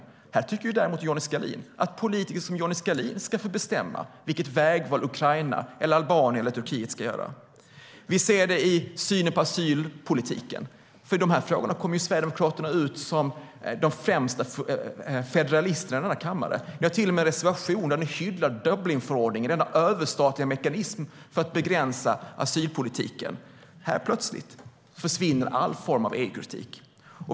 Johnny Skalin tycker däremot att politiker som Johnny Skalin ska få bestämma vilka vägval Ukraina, Albanien och Turkiet ska göra. Vi ser det i synen på asylpolitiken. I de frågorna kommer Sverigedemokraterna ut som de främsta federalisterna i denna kammare. De har till och med en reservation där de hyllar Dublinförordningen, denna överstatliga mekanism för att begränsa asylpolitiken. Här försvinner plötsligt all form av EU-kritik.